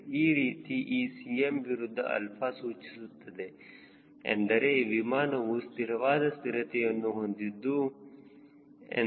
ಈ ರೀತಿ ಈ Cm ವಿರುದ್ಧ 𝛼 ಸೂಚಿಸುತ್ತದೆ ಎಂದರೆ ವಿಮಾನವು ಸ್ಥಿರವಾದ ಸ್ಥಿರತೆಯನ್ನು ಹೊಂದಿದೆ ಎಂದು